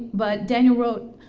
but daniel wrote,